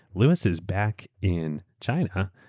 louis is back in china.